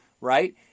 right